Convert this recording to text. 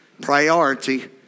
priority